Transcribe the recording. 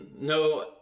No